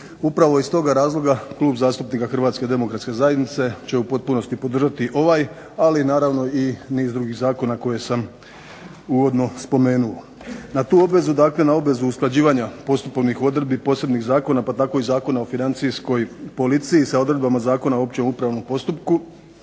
Upravo iz tog razloga Klub zastupnika HDZ-a će u potpunosti podržati ovaj ali i naravno i niz drugih zakona koje sam uvodno spomenuo. Na tu obvezu dakle na obvezu usklađivanja postupovnih odredbi i posebnih zakona pa tako i Zakona o financijskoj policiji sa odredbama Zakona o općem upravnom postupku,